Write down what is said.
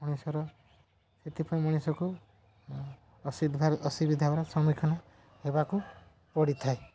ମଣିଷର ସେଥିପାଇଁ ମଣିଷକୁ ଅସୁବିଧାର ଅସୁବିଧାବର ସମ୍ମୁଖୀନ ହେବାକୁ ପଡ଼ିଥାଏ